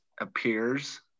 appears